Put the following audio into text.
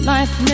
Life